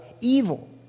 evil